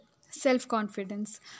Self-confidence